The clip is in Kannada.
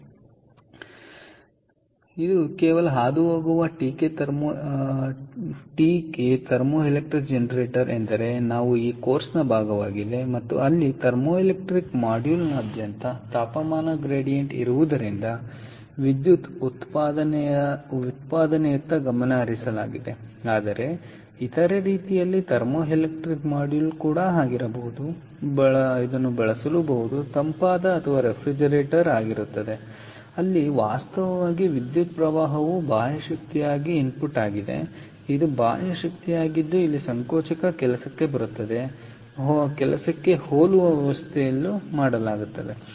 ಆದ್ದರಿಂದ ಇದು ಕೇವಲ ಹಾದುಹೋಗುವ ಥರ್ಮೋಎಲೆಕ್ಟ್ರಿಕ್ ಜನರೇಟರ್ ಎಂದರೆ ನಾವು ಈ ಕೋರ್ಸ್ನ ಭಾಗವಾಗಿದೆ ಮತ್ತು ಅಲ್ಲಿ ಥರ್ಮೋಎಲೆಕ್ಟ್ರಿಕ್ ಮಾಡ್ಯೂಲ್ನಾದ್ಯಂತ ತಾಪಮಾನದ ಗ್ರೇಡಿಯಂಟ್ ಇರುವುದರಿಂದ ವಿದ್ಯುತ್ ಉತ್ಪಾದನೆಯತ್ತ ಗಮನ ಹರಿಸಲಾಗಿದೆ ಆದರೆ ಇತರ ರೀತಿಯಲ್ಲಿ ಥರ್ಮೋಎಲೆಕ್ಟ್ರಿಕ್ ಮಾಡ್ಯೂಲ್ ಆಗಿರಬಹುದು ಬಳಸುವುದು ತಂಪಾದ ಅಥವಾ ರೆಫ್ರಿಜರೇಟರ್ ಆಗಿರುತ್ತದೆ ಅಲ್ಲಿ ವಾಸ್ತವವಾಗಿ ವಿದ್ಯುತ್ ಪ್ರವಾಹವು ಬಾಹ್ಯ ಶಕ್ತಿಯಾಗಿ ಇನ್ಪುಟ್ ಆಗಿದೆ ಇದು ಬಾಹ್ಯ ಶಕ್ತಿಯಾಗಿದ್ದು ಇಲ್ಲಿ ಸಂಕೋಚಕ ಕೆಲಸಕ್ಕೆ ಹೋಲುವ ವ್ಯವಸ್ಥೆಯಲ್ಲಿ ಮಾಡಲಾಗುತ್ತದೆ